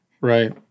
right